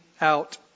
out